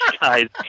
guys